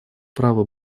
право